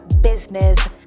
business